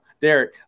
Derek